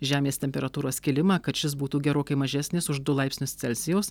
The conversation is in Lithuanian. žemės temperatūros kilimą kad šis būtų gerokai mažesnis už du laipsnius celsijaus